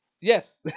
Yes